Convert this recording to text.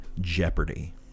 jeopardy